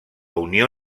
unió